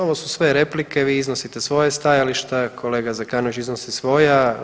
Ovo su sve replike, vi iznosite svoje stajalište, kolega Zekanović iznosi svoja.